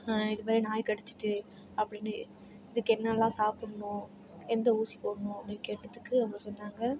இதுமாரி நாய் கடிச்சுட்டு அப்படினு இதுக்கு என்னலாம் சாப்புடணும் எந்த ஊசி போடணும் அப்படின்னு கேட்டத்துக்கு அவங்க சொன்னாங்கள்